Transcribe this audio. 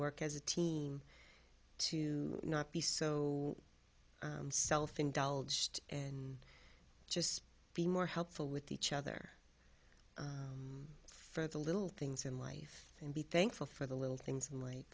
work as a team to not be so self indulged and just be more helpful with each other for the little things in life and be thankful for the little things